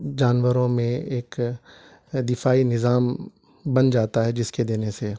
جانوروں میں ایک دفاعی نظام بن جاتا ہے جس کے دینے سے